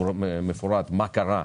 מפורט מה קרה,